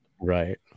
Right